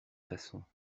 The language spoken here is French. façons